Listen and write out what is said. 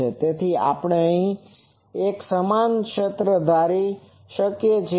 તેથી આપણે અહીં એક સમાન ક્ષેત્ર ધારી શકીએ છીએ